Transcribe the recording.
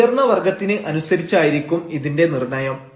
അപ്പോൾ ഉയർന്ന വർഗ്ഗത്തിന് അനുസരിച്ചായിരിക്കും ഇതിന്റെ നിർണയം